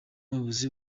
umuyobozi